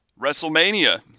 Wrestlemania